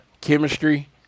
chemistry